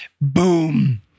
Boom